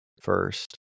first